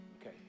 okay